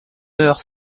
heure